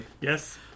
yes